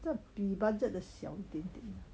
这比 budget 的小一点点